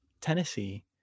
Tennessee